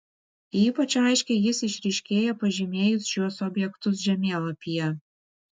ypač aiškiai jis išryškėja pažymėjus šiuos objektus žemėlapyje